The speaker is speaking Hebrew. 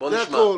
זה הכול.